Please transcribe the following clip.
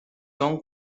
son